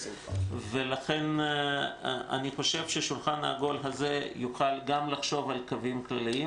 לכן השולחן העגול הזה יוכל לחשוב גם על קווים כלליים